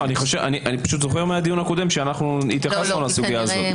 אני זוכר מהדיון הקודם שהתייחסנו לסוגיה הזאת.